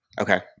okay